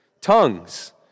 tongues